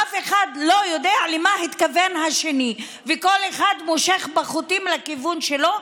שאף אחד לא יודע למה התכוון השני וכל אחד מושך בחוטים לכיוון שלו,